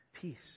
peace